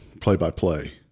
play-by-play